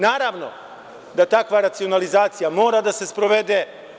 Naravno, da takva racionalizacija mora da se sprovede.